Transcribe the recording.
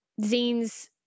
zines